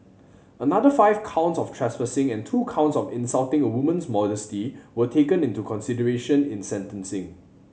another five counts of trespassing and two counts of insulting a woman's modesty were taken into consideration in sentencing